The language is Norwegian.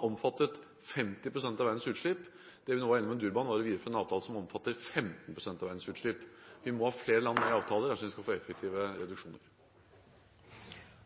omfattet 50 pst. av verdens utslipp. Det vi nå ble enige om i Durban, var å videreforhandle en avtale som omfatter 15 pst. av verdens utslipp. Vi må ha flere land med på avtalen hvis vi skal få effektive reduksjoner.